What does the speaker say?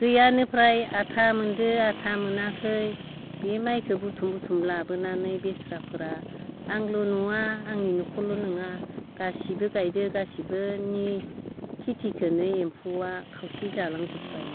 गैयानो फ्राइ आथा मोनदो आथा मोनाखै बे माइखौ बुथुम बुथुम लाबोनानै बेस्राफ्रा आंल' नङा आंनि नखरल' नङा गासिबो गायदो गासिबोनि खिथिखौनो एम्फौआ खावसे जालांजोबाय